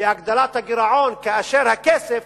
בהגדלת הגירעון, כאשר הכסף,